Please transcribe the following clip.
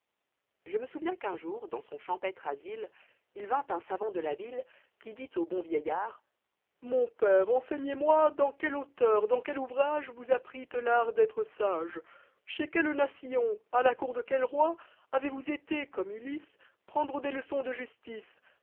je me souviens qu'un jour dans son champêtre asile il vint un savant de la ville qui dit au bon vieillard mon père enseignez-moi dans quel auteur dans quel ouvrage vous apprîtes l'art d'être sage chez quelle nation à la cour de quel roi avez-vous été comme ulysse prendre desjleçlîns de justice